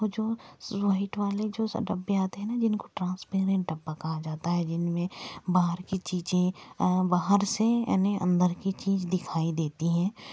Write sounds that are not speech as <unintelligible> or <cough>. और वो जो <unintelligible> वाले जो सा डब्बे आते हैं ना जिनको ट्रांसपेरेंट डब्बा कहा जाता है जिनमें बाहर की चीज़ें बाहर से यानि अंदर की चीज दिखाई देती हैं